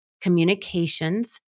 Communications